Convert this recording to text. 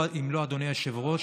אדוני היושב-ראש,